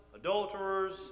adulterers